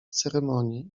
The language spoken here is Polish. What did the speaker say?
ceremonii